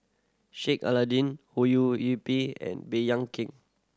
Sheik Alau'ddin Ho Yee Ping and Baey Yam Keng